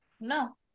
no